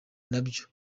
nabyo